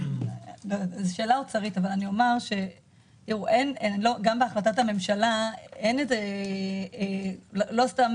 אבל אני אומר שגם בהחלטת הממשלה לא סתם